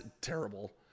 terrible